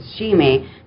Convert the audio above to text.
sashimi